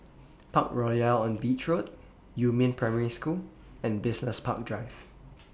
Parkroyal on Beach Road Yumin Primary School and Business Park Drive